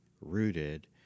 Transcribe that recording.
rooted